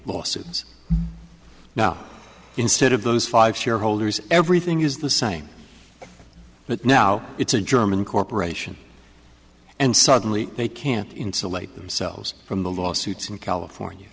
bosses now instead of those five shareholders everything is the same but now it's a german corporation and suddenly they can't insulate themselves from the lawsuits in california